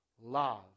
love